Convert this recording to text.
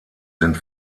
sind